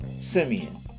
Simeon